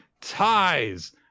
Ties